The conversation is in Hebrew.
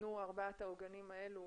ניתנו בחוק ארבעת העוגנים האלו,